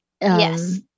Yes